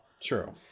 True